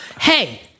Hey